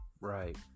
right